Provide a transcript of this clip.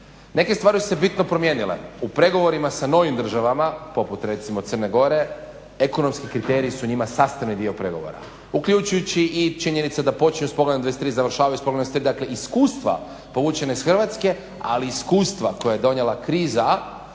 Neke stvari su se bitno promijenile. U pregovorima sa novim državama poput recimo Crne Gore ekonomski kriterij su njima sastavni dio pregovora uključujući i činjenice da počinju sa poglavljem 23.završavaju s poglavljem … dakle iskustva povučena iz Hrvatske, ali iskustva koja je donijela kriza